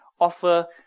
offer